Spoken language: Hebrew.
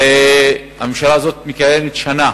הרי הממשלה הזאת מכהנת שנה.